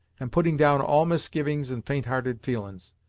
and putting down all misgivings and fainthearted feelin's.